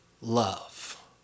love